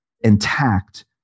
intact